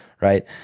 right